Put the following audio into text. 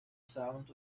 sound